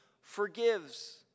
forgives